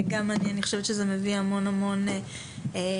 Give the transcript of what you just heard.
אני חושבת שזה מביא המון המון עומק,